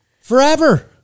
Forever